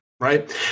Right